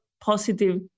positive